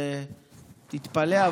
תתפלא,